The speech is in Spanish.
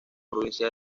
provincia